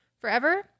forever